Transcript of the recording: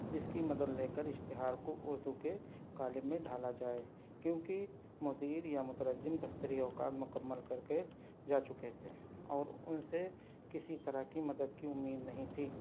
جس کی مدد لے کر اشتہار کو اردو کے قالب میں ڈھالا جائے کیونکہ مدیر یا مترجم دفتری اوقات مکمل کر کے جا چکے تھے اور ان سے کسی طرح کی مدد کی امید نہیں تھی